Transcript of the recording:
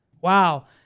Wow